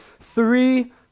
three